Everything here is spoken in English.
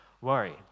worry